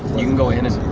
you can go in